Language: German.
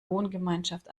wohngemeinschaft